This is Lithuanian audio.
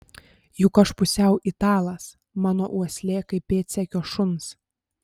juk aš pusiau italas mano uoslė kaip pėdsekio šuns